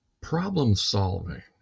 problem-solving